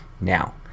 Now